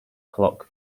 clock